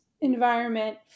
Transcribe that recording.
environment